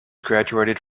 graduated